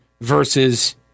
versus